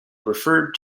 referred